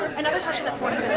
another question that's more